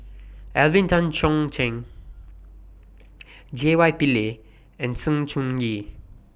Alvin Tan Cheong Kheng J Y Pillay and Sng Choon Yee